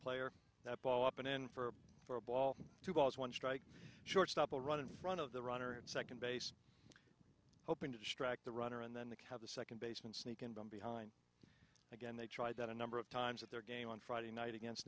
player that ball up an end for for a ball two balls one strike shortstop will run in front of the runner at second base hoping to distract the runner and then the cow the second baseman sneak in behind again they tried that a number of times at their game on friday night against